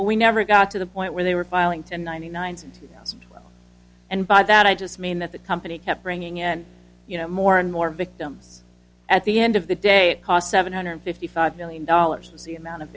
we never got to the point where they were filing to ninety nine and by that i just mean that the company kept bringing in you know more and more victims at the end of the day it cost seven hundred fifty five million dollars the amount of